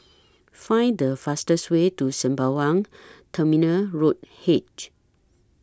Find The fastest Way to Sembawang Terminal Road H